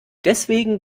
deswegen